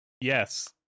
yes